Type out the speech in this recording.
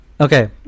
Okay